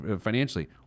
financially